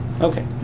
Okay